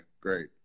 great